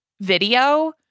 video